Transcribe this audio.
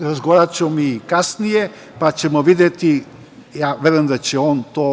Razgovaraćemo mi i kasnije, pa ćemo videti, verujem da će on to